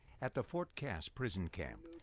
at the fort cass prison camp,